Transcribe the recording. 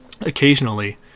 Occasionally